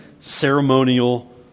ceremonial